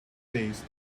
faced